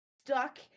stuck